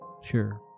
Sure